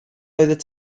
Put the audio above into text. oeddet